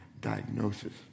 diagnosis